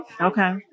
Okay